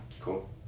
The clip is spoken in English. Cool